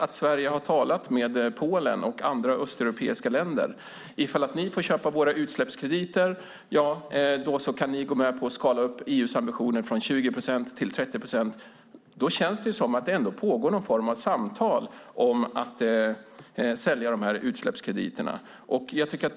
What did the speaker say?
att Sverige har talat med Polen och andra östeuropeiska länder och sagt: Om ni får köpa våra utsläppskrediter kan ni gå med på att skala upp EU:s ambitioner från 20 procent till 30 procent. Därför känns det som att det trots allt pågår någon form av samtal om att sälja dessa utsläppskrediter.